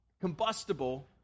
combustible